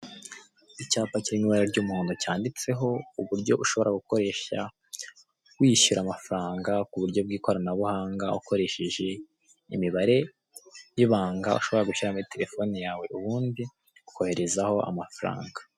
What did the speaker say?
Icyapa kiri mwibara ry'umuhondo cyanditseho uburyo ushobora gukoresha wishyura amafaranga kuburyo bwikoranabuhanga ukoresheje imibare yibanga ushobora gushyira muri telefone yawe ubundi ukoherezaho amafaranga.